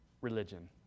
religion